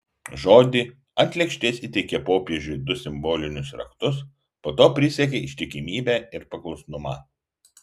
žodį ant lėkštelės įteikė popiežiui du simbolinius raktus po to prisiekė ištikimybę ir paklusnumą